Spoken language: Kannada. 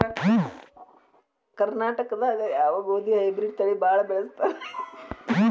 ಕರ್ನಾಟಕದಾಗ ಯಾವ ಗೋಧಿ ಹೈಬ್ರಿಡ್ ತಳಿ ಭಾಳ ಬಳಸ್ತಾರ ರೇ?